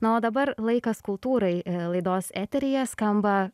na o dabar laikas kultūrai laidos eteryje skamba